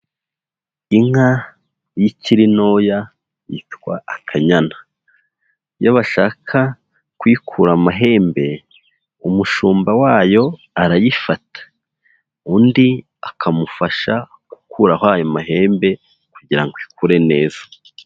Inka iyo ikiri ntoya yitwa akanyana, iyo bashaka kuyikura amahembe umushumba wayo arayifata, undi akamufasha gukuraho ayo mahembe kugira ngo ikure neza.